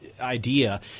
idea